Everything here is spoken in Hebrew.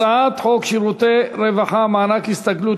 הצעת חוק שירותי רווחה (מענק הסתגלות